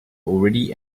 already